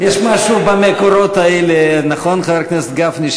יש משהו במקורות האלה, נכון, חבר הכנסת גפני?